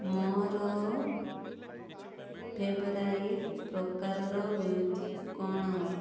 ମୋର ଫେଭରାଇଟ୍ ପ୍ରକାରର ମ୍ୟୁଜିକ୍ କ'ଣ